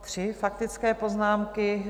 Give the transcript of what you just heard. Tři faktické poznámky.